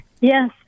Yes